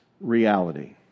reality